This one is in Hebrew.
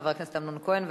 חבר הכנסת אמנון כהן,